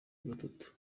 gatatu